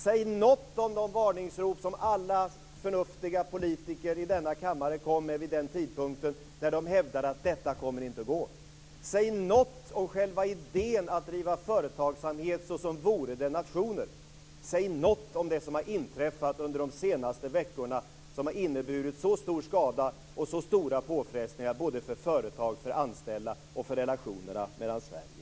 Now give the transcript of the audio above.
Säg något om de varningsrop som alla förnuftiga politiker i denna kammare kom med vid den tidpunkt då de hävdade att detta inte kommer att gå! Säg något om själva idén att driva företagsamhet så som vore det nationer! Säg något om det som har inträffat under de senaste veckorna och som har inneburit så stor skada och så stora påfrestningar både för företag och anställda och för relationerna mellan Sverige och Norge!